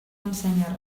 ensenya